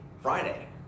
Friday